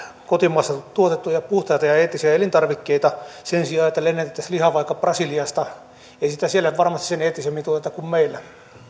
kotimaassa tuotettuja puhtaita ja eettisiä elintarvikkeita sen sijaan että lennätettäisiin lihaa vaikka brasiliasta ei sitä siellä varmasti sen eettisemmin tuoteta kuin meillä